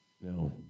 no